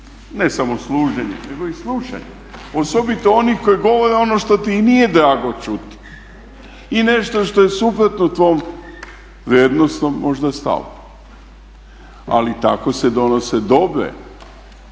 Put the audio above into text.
ne samo služenje, nego i slušanje osobito onih koji govore ono što ti i nije drago čuti i nešto što je suprotno tvom vrijednosnom možda stavu. Ali tako se donose dobre,